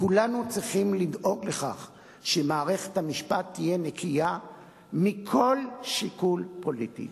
כולנו צריכים לדאוג לכך שמערכת המשפט תהיה נקייה מכל שיקול פוליטי.